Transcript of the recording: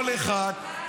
כל אחד --- רגע,